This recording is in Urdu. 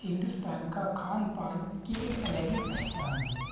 ہندوستان کا کھان پان کی ایک الگ ہی پہچان ہے